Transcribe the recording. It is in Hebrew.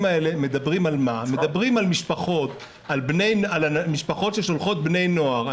האלה מדברים על משפחות ששולחות בני נוער,